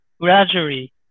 gradually